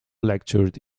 lectured